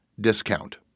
discount